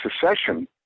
secession